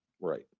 Right